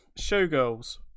showgirls